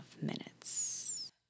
minutes